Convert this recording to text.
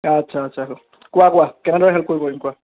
আচ্ছা আচ্ছা কোৱা কোৱা কেনেদৰে হেল্প কৰিব পাৰিম কোৱা